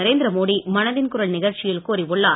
நரேந்திர மோடி மனதின் குரல் நிகழ்ச்சியில் கூறியுள்ளார்